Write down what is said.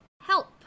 help